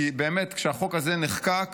כי באמת, כשהחוק הזה נחקק